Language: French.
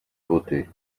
votée